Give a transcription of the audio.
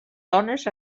dones